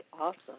Awesome